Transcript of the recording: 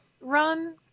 run